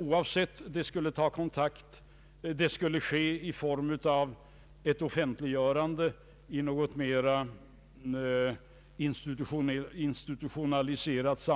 Oavsett om det sker i form av ett offentliggörande i något mer institutionaliserat